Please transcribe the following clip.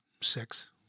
six